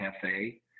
cafe